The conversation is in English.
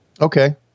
Okay